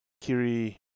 Kiri